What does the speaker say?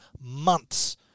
months